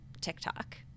TikTok